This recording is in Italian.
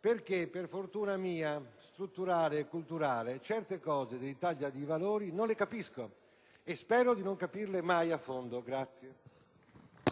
perché, per fortuna mia, strutturale e culturale, certe cose dell'Italia dei Valori non le capisco e spero di non capirle mai a fondo.